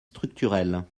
structurels